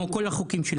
כמו כל החוקים שלנו.